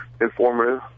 informative